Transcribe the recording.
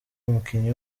umukinnyi